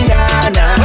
Nana